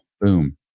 Boom